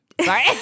Sorry